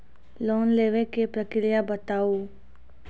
Loan लेवे के प्रक्रिया बताहू?